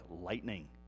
lightning